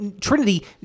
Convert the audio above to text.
Trinity